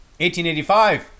1885